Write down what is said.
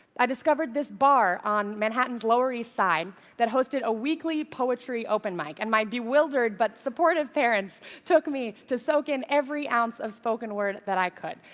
i discovered this bar on manhattan's lower east side that hosted a weekly poetry open mic, and my bewildered, but supportive, parents took me to soak in every ounce of spoken word that i could.